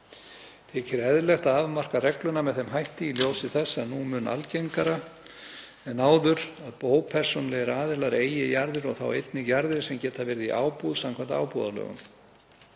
Þykir eðlilegt að afmarka reglurnar með þeim hætti í ljósi þess að nú er mun algengara en áður að ópersónulegir aðilar eigi jarðir og þá einnig jarðir sem geta verið í ábúð samkvæmt ábúðarlögum.